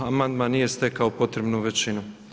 Amandman nije stekao potrebnu većinu.